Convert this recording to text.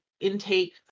intake